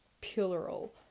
plural